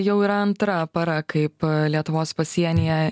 jau yra antra para kaip lietuvos pasienyje